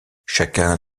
chacun